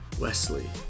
Wesley